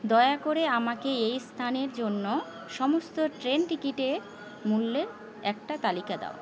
দয়া করে আমাকে এই স্থানের জন্য সমস্ত ট্রেন টিকিটে মূল্যের একটা তালিকা দাও